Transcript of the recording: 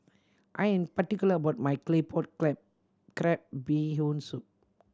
I am particular about my claypot crab crab Bee Hoon Soup